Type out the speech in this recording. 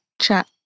chat